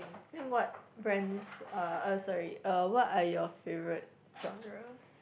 then what brands uh uh sorry uh what are your favorite genres